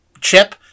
chip